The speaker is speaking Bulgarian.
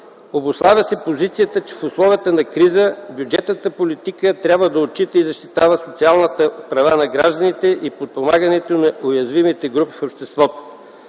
Обуславя се позицията, че в условията на криза бюджетната политика трябва да отчита и защитава социалните права на гражданите и подпомагането на уязвимите групи в обществото.